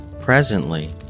Presently